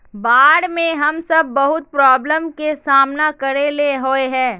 बाढ में हम सब बहुत प्रॉब्लम के सामना करे ले होय है?